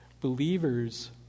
Believers